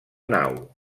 nau